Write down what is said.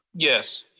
yes,